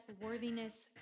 worthiness